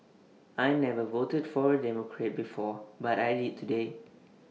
I never voted for A Democrat before but I did today